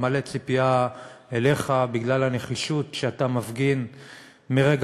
מלא ציפייה לך בגלל הנחישות שאתה מפגין מרגע